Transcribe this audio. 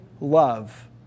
love